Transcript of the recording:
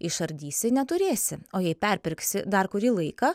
išardysi neturėsi o jei perpirksi dar kurį laiką